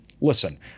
listen